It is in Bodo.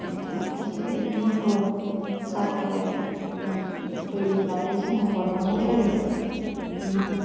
ओमफ्राय खायसे बायदि नांगौ जाथारनाय फैयोब्लाथाय जोङो हरनांगौ जायो बिदिनो